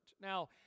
Now